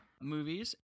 Movies